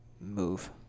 move